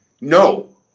No